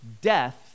death